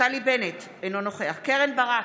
נפתלי בנט, אינו נוכח קרן ברק,